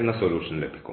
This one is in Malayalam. എന്ന സൊലൂഷൻ ലഭിക്കും